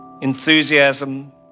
enthusiasm